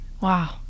wow